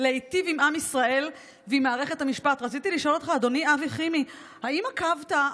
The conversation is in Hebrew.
אשר עשה עבודתו